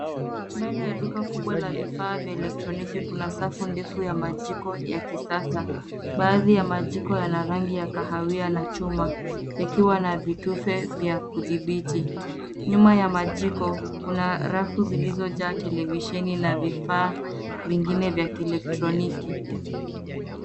Ndani ya duka kubwa la vifaa vya elektroniki kuna safu ndefu ya majiko ya kisasa. Baadhi ya majiko yana rangi ya kahawia na chuma yakiwa na vitufe vya kudhibiti. Nyuma ya majiko kuna rafu zilizojaa televisheni na vifaa vingine vya kielektroniki.